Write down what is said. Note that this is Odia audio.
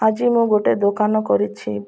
ଆଜି ମୁଁ ଗୋଟେ ଦୋକାନ କରିଛି